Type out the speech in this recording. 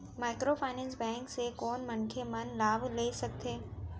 Microfinance bank से कोन मनखे मन लाभ ले सकथे?